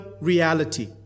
reality